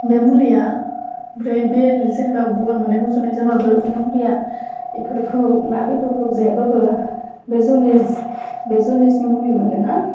बे मुलिया ओमफ्राय बे जेनबा गगा मोन्नाय गुजुनाय जाबाबो ओमफ्राय मुलिया इफोरखौ ना बेदरखौ जायाबाबो बे जनदिस बे जनदिसनि मुलि मोनो ना